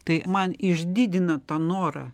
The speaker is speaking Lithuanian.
tai man išdidina tą norą